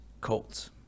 Colts